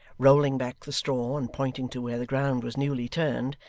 rolling back the straw, and pointing to where the ground was newly turned,